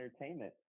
Entertainment